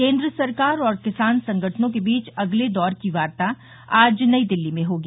केंद्र सरकार और किसान संगठनों के बीच अगले दौर की वार्ता आज नई दिल्ली में होगी